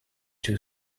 two